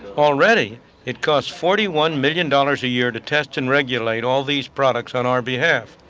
already it costs forty one million dollars a year to test and regulate all these products on our behalf,